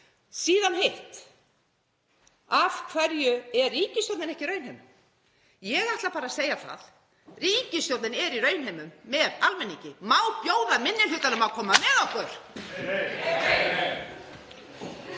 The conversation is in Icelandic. Síðan hitt: Af hverju er ríkisstjórnin ekki í raunheimum? Ég ætla bara að segja þetta: Ríkisstjórnin er í raunheimum með almenningi. Má bjóða minni hlutanum að koma með okkur?